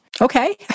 Okay